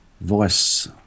voice